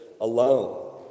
alone